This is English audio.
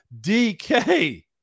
DK